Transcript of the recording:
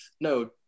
no